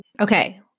Okay